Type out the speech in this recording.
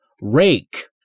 rake